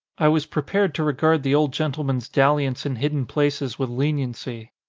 i was prepared to regard the old gentle man's dalliance in hidden places with leniency.